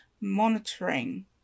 monitoring